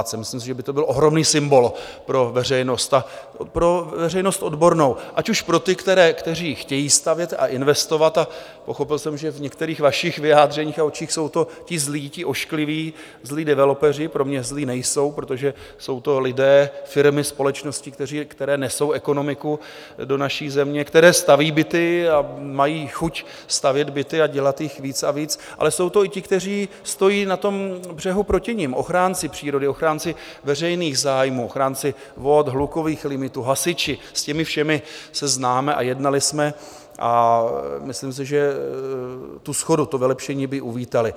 Myslím si, že by to byl ohromný symbol pro veřejnost a pro odbornou veřejnost ať už pro ty, kteří chtějí stavět a investovat a pochopil jsem, že v některých vašich vyjádřeních a očích jsou to ti zlí, oškliví, zlí developeři, pro mě zlí nejsou, protože jsou to lidé, firmy, společnosti, které nesou ekonomiku do naší země, které staví byty a mají chuť stavět byty a dělat jich víc a víc ale jsou to i ti, kteří stojí na tom břehu proti nim: ochránci přírody, ochránci veřejných zájmů, ochránci vod, hlukových limitů, hasiči, s těmi všemi se známe a jednali jsme a myslím si, že tu shodu, to vylepšení by uvítali.